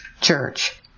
Church